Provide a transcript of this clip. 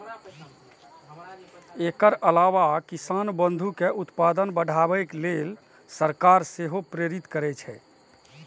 एकर अलावा किसान बंधु कें उत्पादन बढ़ाबै लेल सरकार सेहो प्रेरित करै छै